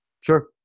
sure